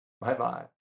Bye-bye